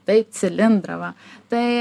taip cilindrą va tai